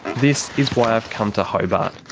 this is why i've come to hobart,